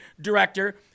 director